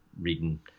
reading